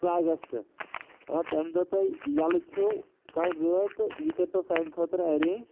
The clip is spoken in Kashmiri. زٕ اگست اگر تَمہِ دۄہ تۄہہِ ییٚلہٕ چھُ کانٛہہ گٲڑۍ تہٕ یہِ کٔرۍ تو سانہِ خٲطرٕ اٮ۪رینٛج